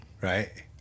Right